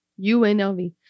UNLV